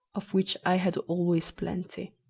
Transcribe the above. of which i had always plenty.